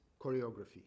choreography